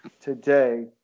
today